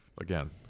again